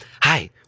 hi